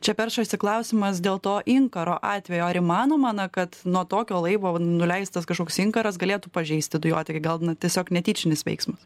čia peršasi klausimas dėl to inkaro atvejo ar įmanoma na kad nuo tokio laivo nuleistas kažkoks inkaras galėtų pažeisti dujotiekį gal na tiesiog netyčinis veiksmas